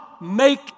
make